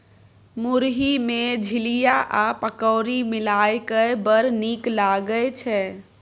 मुरही मे झिलिया आ पकौड़ी मिलाकए बड़ नीक लागय छै